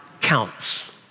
Counts